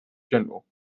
general